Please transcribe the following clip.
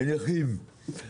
לנכים.